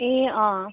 ए अँ